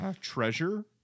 Treasure